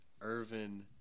Irvin